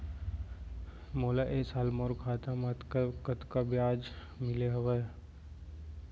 मोला ए साल मोर खाता म कतका ब्याज मिले हवये?